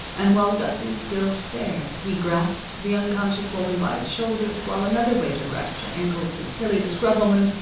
and while gussie still stared he grasped the unconscious woman by the shoulders, while another waiter grasped her ankles, with tillie, the scrub-woman,